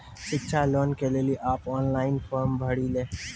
शिक्षा लोन के लिए आप के ऑनलाइन फॉर्म भरी ले?